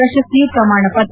ಪ್ರಶಸ್ತಿಯು ಪ್ರಮಾಣ ಪತ್ರ